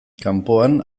kanpoan